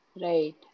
Right